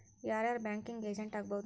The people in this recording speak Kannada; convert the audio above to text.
ಯಾರ್ ಯಾರ್ ಬ್ಯಾಂಕಿಂಗ್ ಏಜೆಂಟ್ ಆಗ್ಬಹುದು?